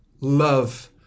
love